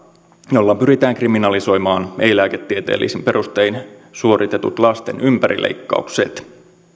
jolla pyritään kriminalisoimaan ei lääketieteellisin perustein suoritetut lasten ympärileikkaukset